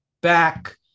back